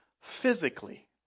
physically